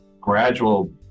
gradual